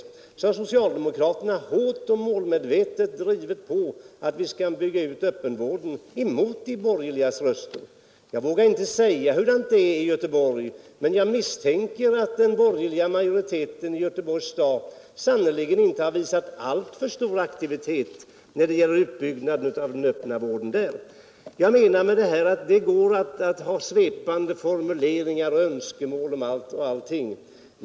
102 Där har socialdemokraterna hårt och målmedvetet drivit på för att vi skall bygga ut öppenvården, emot de borgerligas röster. Jag vågar inte säga hur det är i Göteborg, men jag misstänker att den borgerliga majoriteten i Göteborgs kommun inte har visat alltför stor aktivitet när det gäller utbyggnaden av den öppna sjukvården där. Det går väl bra att med svepande formuleringar uttrycka önskemål om allting.